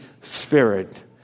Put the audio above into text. Spirit